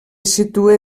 situa